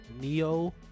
Neo